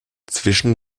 zwischen